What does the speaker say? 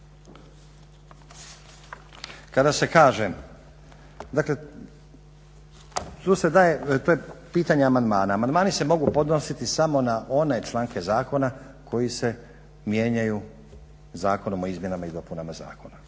kada se kaže, dakle tu se daje, to je pitanje amandmana. Amandmani se mogu podnositi samo na one članke zakona koji se mijenjaju Zakonom o izmjenama i dopunama Zakona.